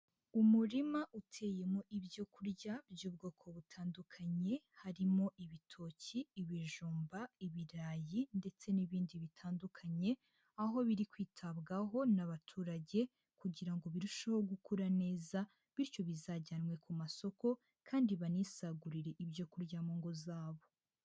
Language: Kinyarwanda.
Umurima uteyemo ibyo kurya by'ubwoko butandukanye, harimo: ibitoki, ibijumba, ibirayi ndetse n'ibindi bitandukanye, aho biri kwitabwaho n'abaturage, kugira ngo birusheho gukura neza, bityo bizajyanwe ku masoko kandi banisagurire ibyo kurya mu ngo zabo.